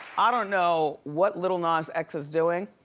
i don't know what lil nas x is doing,